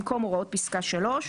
במקום הוראות פסקה (3),